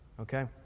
Okay